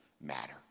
matter